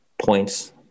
points